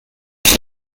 she